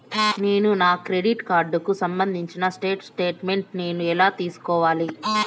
నేను నా క్రెడిట్ కార్డుకు సంబంధించిన స్టేట్ స్టేట్మెంట్ నేను ఎలా తీసుకోవాలి?